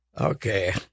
Okay